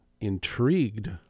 intrigued